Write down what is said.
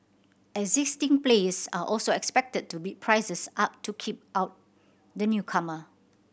existing players are also expected to bid prices up to keep out the newcomer